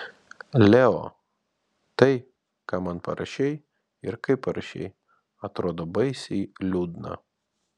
leo tai ką man parašei ir kaip parašei atrodo baisiai liūdna